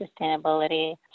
sustainability